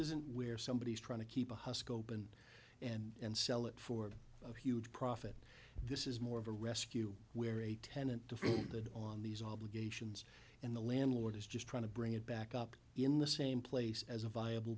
isn't where somebody is trying to keep a husk open and and sell it for a huge profit this is more of a rescue where a tenant feel good on these obligations and the landlord is just trying to bring it back up in the same place as a viable